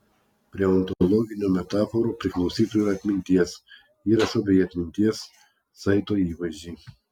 prie ontologinių metaforų priklausytų ir atminties įrašo bei atminties saito įvaizdžiai